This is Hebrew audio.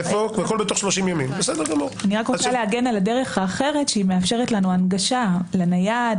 אני רוצה להגן על הדרך האחרת שמאפשרת לנו הנגשה לנייד,